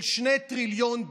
של 2 טריליון דולר,